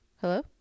Hello